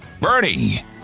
Bernie